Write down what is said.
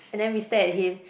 and then we stare at him